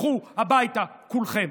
לכו הביתה כולכם.